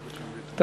שי.